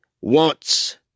wants